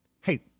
Hey